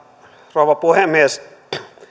rouva puhemies